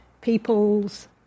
peoples